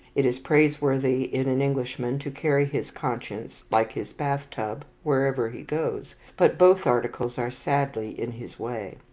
it is praiseworthy in an englishman to carry his conscience like his bathtub wherever he goes, but both articles are sadly in his way.